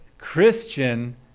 christian